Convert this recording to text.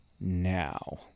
now